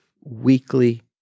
weekly